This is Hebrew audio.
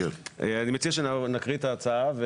אני מציע שנקריא את ההצעה,